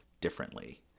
differently